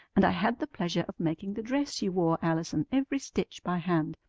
and i had the pleasure of making the dress you wore, allison, every stitch by hand,